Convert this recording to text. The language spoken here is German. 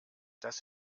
das